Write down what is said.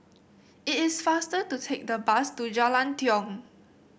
it is faster to take the bus to Jalan Tiong